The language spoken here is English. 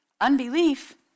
Unbelief